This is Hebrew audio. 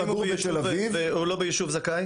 אבל אם הוא לא גר ביישוב זכאי?